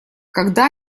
когда